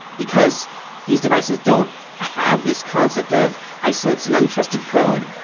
because these devices don't have this concept of isolates and untrusted code,